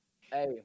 Hey